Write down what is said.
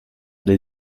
dei